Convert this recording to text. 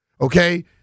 okay